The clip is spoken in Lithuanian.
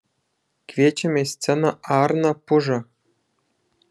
kviečiame į sceną arną pužą